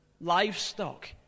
livestock